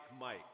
Mike